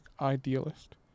idealist